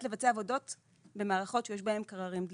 לבצע עבודות במערכות שיש בהן קררים דליקים.